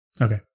Okay